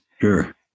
Sure